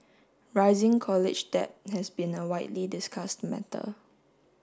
rising college debt has been a widely discussed matter